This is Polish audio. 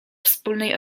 wspólnej